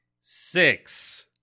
Six